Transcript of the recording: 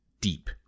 deep